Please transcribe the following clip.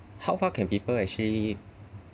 how far can people actually